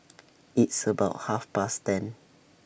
its about Half Past ten